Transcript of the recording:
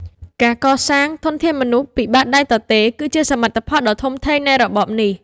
ការកសាងធនធានមនុស្សពីបាតដៃទទេ គឺជាសមិទ្ធផលដ៏ធំធេងនៃរបបនេះ។